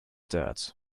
that